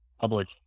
publish